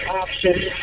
options